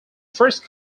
first